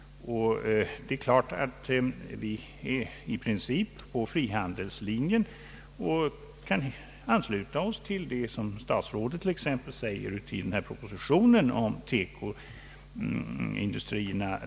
Det är klart att vi i princip är på frihandelslinjen och kan ansluta oss t.ex. till det som statsrådet anför i propositionen om teko-industrierna.